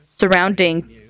surrounding